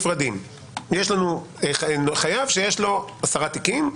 יש לנו חייב שיש לו 10 תיקים.